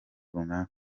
runaka